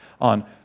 on